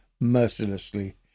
mercilessly